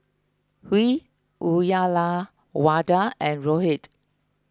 Hri Uyyalawada and Rohit